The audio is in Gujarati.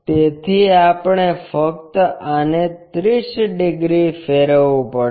તેથી આપણે ફક્ત આને 30 ડિગ્રી ફેરવવું પડશે